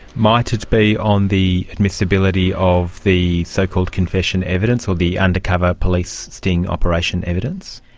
might it be on the admissibility of the so-called confession evidence or the undercover police sting operation evidence?